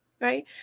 Right